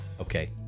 Okay